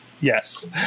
yes